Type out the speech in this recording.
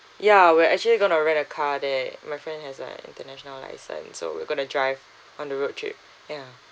ya we're actually gonna rent a car there my friend has an international license so we're gonna drive on the road trip ya